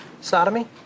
sodomy